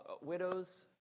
Widows